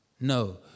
No